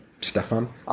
Stefan